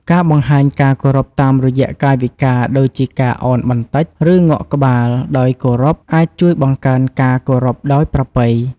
ការបង្ហាញការគោរពតាមរយៈកាយវិការ ដូចជាការ ឱនបន្តិច ឬងក់ក្បាលដោយគោរព អាចជួយបង្កើតការគោរពដោយប្រពៃ។